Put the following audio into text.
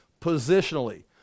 positionally